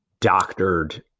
doctored